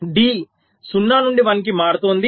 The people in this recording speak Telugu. D 0 నుండి 1 కి మారుతోంది